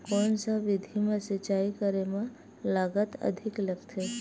कोन सा विधि म सिंचाई करे म लागत अधिक लगथे?